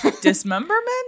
Dismemberment